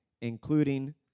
including